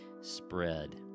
spread